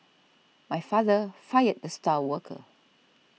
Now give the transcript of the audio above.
my father fired the star worker